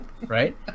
right